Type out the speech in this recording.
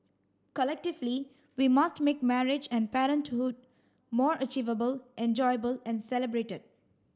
collectively we must make marriage and parenthood more achievable enjoyable and celebrated